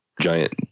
Giant